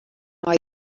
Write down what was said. mei